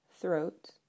throat